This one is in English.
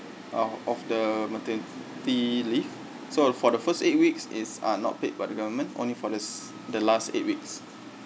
uh of the maternity leave so for the first eight weeks is uh not paid by the government only for the the last eight weeks